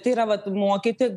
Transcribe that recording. tai yra vat mokyti